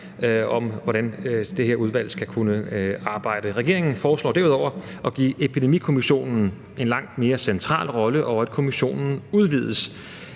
om, hvordan det her udvalg skal kunne arbejde. Regeringen foreslår derudover at give epidemikommissionen en langt mere central rolle, og at kommissionen udvides.